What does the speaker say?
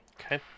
Okay